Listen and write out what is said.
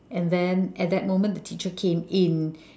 and then at that moment the teacher came in